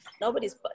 nobody's